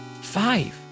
five